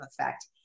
effect